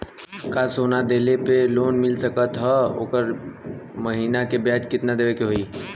का सोना देले पे लोन मिल सकेला त ओकर महीना के ब्याज कितनादेवे के होई?